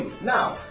now